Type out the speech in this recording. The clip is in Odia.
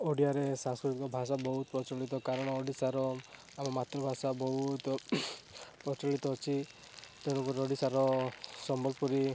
ଓଡ଼ିଆରେ ସାଂସ୍କୃତିକ ଭାଷା ବହୁତ ପ୍ରଚଳିତ କାରଣ ଓଡ଼ିଶାର ଆମ ମାତୃଭାଷା ବହୁତ ପ୍ରଚଳିତ ଅଛି ତେଣୁକରି ଓଡ଼ିଶାର ସମ୍ବଲପୁରୀ